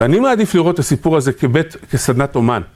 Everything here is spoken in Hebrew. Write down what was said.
אני מעדיף לראות את הסיפור הזה כסדנת אומן.